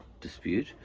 dispute